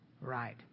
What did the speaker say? right